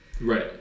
Right